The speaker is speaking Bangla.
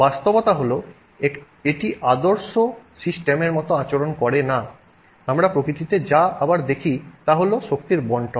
বাস্তবতা হল এটি একটি আদর্শ সিস্টেম এর মত আচরণ করে না আমরা প্রকৃতিতে যা আবার দেখি তা হল শক্তির বন্টন